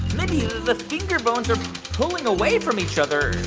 mindy, the finger bones are pulling away from each other.